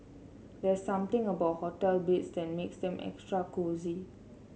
there's something about hotel beds that makes them extra cosy